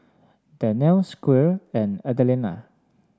Danelle Squire and Adelina